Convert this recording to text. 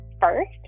first